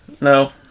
No